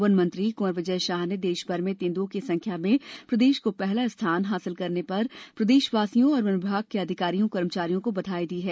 one मंत्री कूँवर विजय शाह ने देश मर में तेंदुओं की संख्या में प्रदेश को पहला स्थान हासिल करने पर प्रदेशवासियों और वन विभाग के अधिकारी कर्मचारियों को बधाई दी है